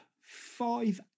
five